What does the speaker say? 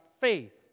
faith